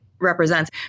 Represents